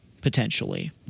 potentially